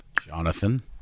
Jonathan